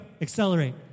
accelerate